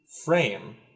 frame